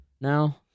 now